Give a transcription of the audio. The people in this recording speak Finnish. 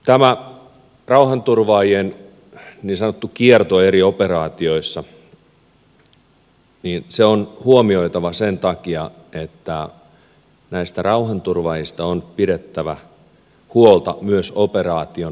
tämä rauhanturvaajien niin sanottu kierto eri operaatioissa on huomioitava sen takia että näistä rauhanturvaajista on pidettävä huolta myös operaation loppuessa